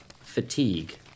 Fatigue